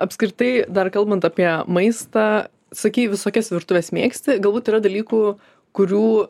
apskritai dar kalbant apie maistą sakei visokias virtuves mėgsti galbūt yra dalykų kurių